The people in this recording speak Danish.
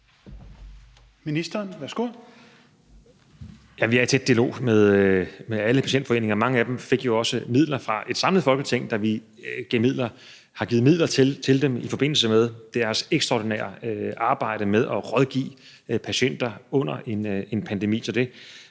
(Magnus Heunicke): Ja, vi er i tæt dialog med alle patientforeninger. Mange af dem fik jo også midler fra et samlet Folketing, da vi gav midler til dem i forbindelse med deres ekstraordinære arbejde med at rådgive patienter under en pandemi.